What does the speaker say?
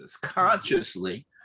consciously